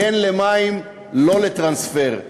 כן למים, לא לטרנספר.